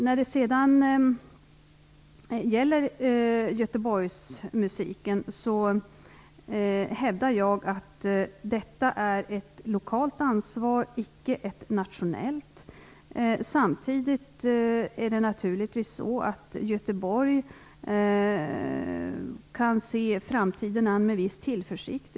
När det gäller Göteborgsmusiken hävdar jag att det handlar om ett lokalt ansvar, icke om ett nationellt. Samtidigt kan Göteborg se framtiden an med viss tillförsikt.